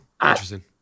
interesting